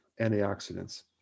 antioxidants